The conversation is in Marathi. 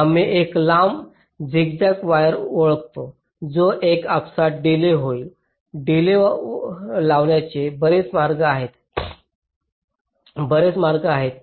आम्ही एक लांब झिगझॅग वायर ओळखतो जो एक आपसात डिलेज होईल डिलेज लावण्याचे बरेच मार्ग आणि बरेच मार्ग आहेत